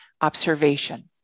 observation